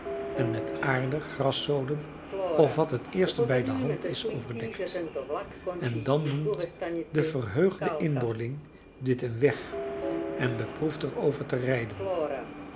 en met aarde graszoden of wat het eerst bijdehand is overdekt en dan noemt de verheugde inboorling dit een weg en beproeft er over te rijden